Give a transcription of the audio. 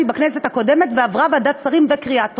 בכנסת הקודמת והיא עברה ועדת שרים וקריאה טרומית.